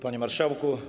Panie Marszałku!